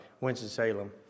Winston-Salem